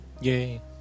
Yay